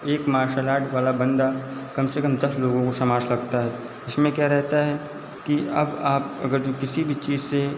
एक martial art वाला बंदा कम से कम दस लोगों को संभल सकता है उसमें क्या रहता है कि अब आप अगर जो किसी भी चीज़ से